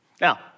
Now